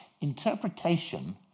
interpretation